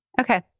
Okay